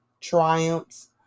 triumphs